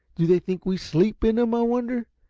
do they think we sleep in em, i wonder?